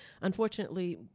unfortunately